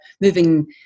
moving